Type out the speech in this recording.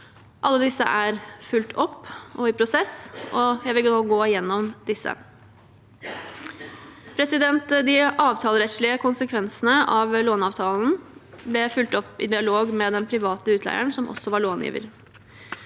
Alle disse er fulgt opp og i prosess, og jeg vil nå gå gjennom disse. De avtalerettslige konsekvensene av låneavtalene ble fulgt opp i dialog med den private utleieren som også var långiver.